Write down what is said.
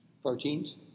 Proteins